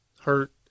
hurt